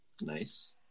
nice